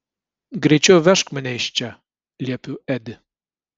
greičiau vežk mane iš čia liepiu edi